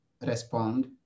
respond